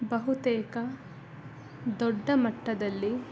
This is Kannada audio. ಬಹುತೇಕ ದೊಡ್ಡ ಮಟ್ಟದಲ್ಲಿ